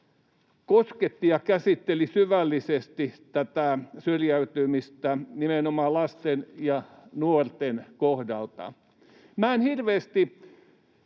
lausunnossaan käsitteli syvällisesti tätä syrjäytymistä nimenomaan lasten ja nuorten kohdalla. Minä en hirveästi